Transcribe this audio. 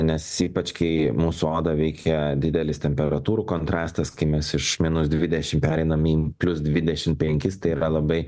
nes ypač kai mūsų odą veikia didelis temperatūrų kontrastas kai mes iš minus dvidešimt pereinam į plius dvidešimt penkis tai yra labai